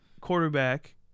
quarterback